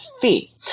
fee